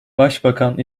başbakan